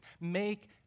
make